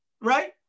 right